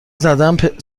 زدم